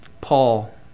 Paul